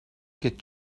get